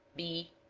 b,